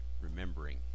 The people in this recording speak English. remembering